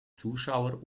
zuschauer